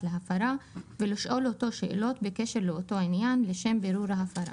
להפרה ולשאול אותו שאלות בקשר לאותו עניין לשם בירור ההפרה.